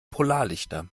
polarlichter